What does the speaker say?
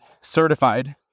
certified